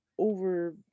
over